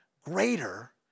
greater